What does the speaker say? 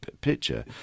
picture